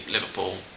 Liverpool